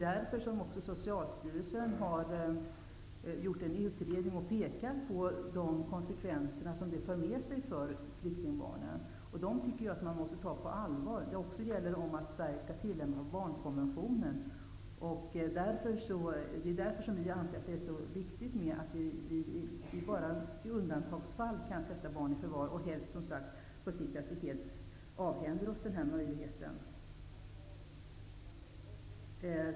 Därför har Socialstyrelsen gjort en utredning och pekat på vilka konsekvenser detta får för flyktingbarnen. Jag tycker att man måste ta detta på allvar. Sverige skall också tillämpa barnkonventionen. Vi anser därför att det är så viktigt att vi bara i undantagsfall kan sätta barn i förvar. På sikt vill vi att man helt skall avhända sig den här möjligheten.